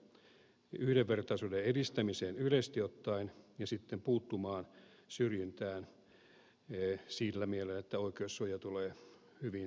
pyrkiä yhdenvertaisuuden edistämiseen yleisesti ottaen ja puuttua syrjintään sillä mielellä että oikeussuoja tulee hyvin toteutettua